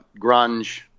grunge